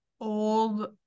old